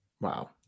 Wow